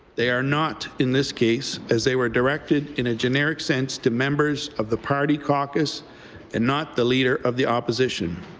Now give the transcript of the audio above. they are not in this case as they were directed in a generic sense to members of the party caucus and not the leader of the opposition.